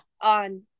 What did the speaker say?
on